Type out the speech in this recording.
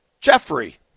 Jeffrey